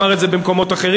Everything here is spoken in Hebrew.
ואמר את זה במקומות אחרים.